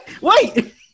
wait